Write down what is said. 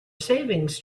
savings